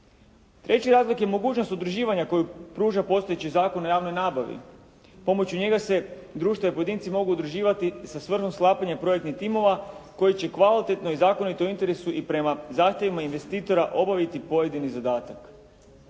Treći razlog je mogućnost udruživanja koju pruža postojeći Zakon o javnoj nabavi. Pomoću njega se društvene pozicije mogu udruživati sa svrhom sklapanja projektnih timova koji će kvalitetno i zakonito u interesu i prema zahtjevima investitora obaviti pojedini zadatak.